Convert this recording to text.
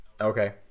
Okay